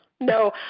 No